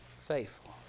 faithful